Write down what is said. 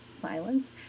silence